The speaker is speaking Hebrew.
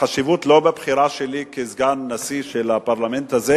החשיבות היא לא בבחירה שלי לסגן נשיא של הפרלמנט הזה